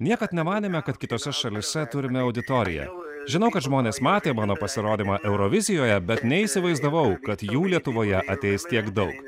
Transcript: niekad nemanėme kad kitose šalyse turime auditoriją žinau kad žmonės matė mano pasirodymą eurovizijoje bet neįsivaizdavau kad jų lietuvoje ateis tiek daug